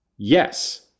Yes